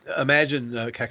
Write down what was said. imagine